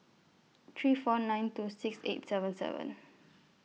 three four nine two six eight seven seven